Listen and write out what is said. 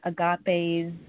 Agape's